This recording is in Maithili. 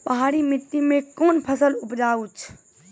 पहाड़ी मिट्टी मैं कौन फसल उपजाऊ छ?